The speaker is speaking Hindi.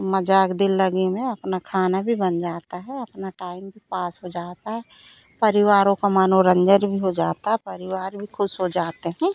मज़ाक दिल्लगी में अपना खाना भी बन जाता है अपना टाइम भी पास हो जाता है परिवारों का मनोरंजन भी हो जाता है परिवार भी ख़ुश हो जाते हैं